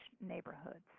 neighborhoods